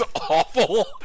awful